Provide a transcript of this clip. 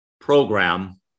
program